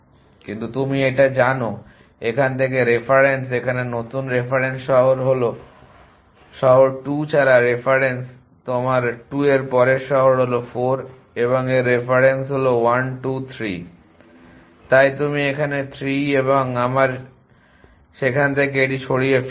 কিন্তু তুমি এটা জানো এখান থেকে রেফারেন্স এখানে নতুন রেফারেন্স হল শহর 2 ছাড়া রেফারেন্স আপনার 2 এর পরের শহর হল 4 এবং এর রেফারেন্স হল 1 2 3 তাই তুমি এখানে 3 এবং আমরা সেখান থেকে এটি সরিয়ে ফেললাম